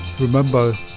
remember